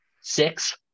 six